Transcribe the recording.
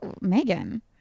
Megan